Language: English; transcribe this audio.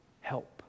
Help